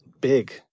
big